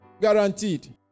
guaranteed